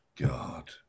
God